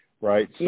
right